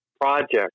project